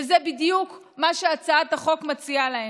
וזה בדיוק מה שהצעת החוק מציעה להם.